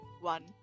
one